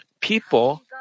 People